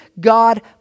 God